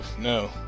No